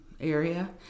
area